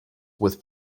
with